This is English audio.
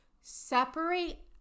Separate